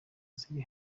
ziri